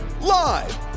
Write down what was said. Live